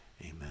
Amen